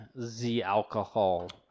Z-Alcohol